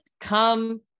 Come